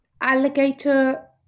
Alligator